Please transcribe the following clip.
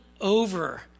over